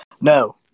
No